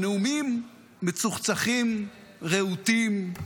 הנאומים מצוחצחים, רהוטים,